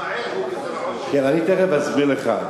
ישמעאל הוא מזרעו של אברהם.